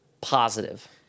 Positive